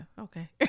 okay